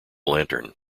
lantern